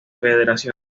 federaciones